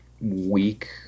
week